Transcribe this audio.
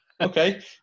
okay